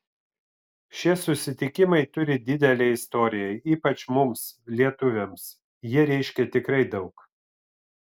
šie susitikimai turi didelę istoriją ypač mums lietuviams jie reiškia tikrai daug